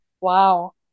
Wow